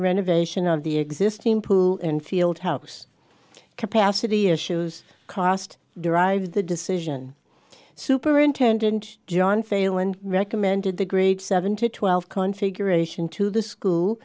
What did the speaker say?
renovation of the existing pool in field house capacity issues cost derived the decision superintendent john failand recommended the grade seven to twelve configuration to the school